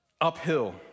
Uphill